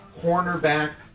cornerback